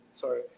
Sorry